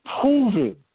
proven